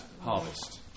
harvest